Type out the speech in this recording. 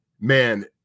man